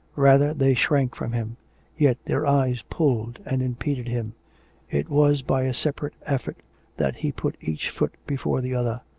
rather they shrank from him yet their eyes pulled and impeded him it was by a separate effort that he put each foot before the other.